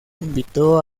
invitó